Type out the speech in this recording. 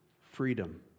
Freedom